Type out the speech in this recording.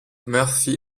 murphy